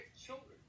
children